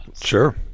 Sure